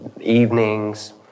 evenings